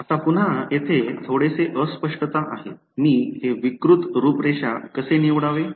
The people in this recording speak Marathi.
आता पुन्हा येथे थोडेसे अस्पष्टता आहे मी हे विकृत रूपरेषा कसे निवडावे